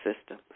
system